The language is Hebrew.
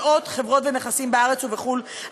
מאות חברות ונכסים בארץ ובחו"ל,